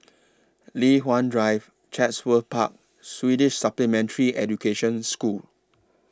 Li Hwan Drive Chatsworth Park Swedish Supplementary Education School